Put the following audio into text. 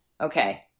Okay